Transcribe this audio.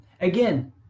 Again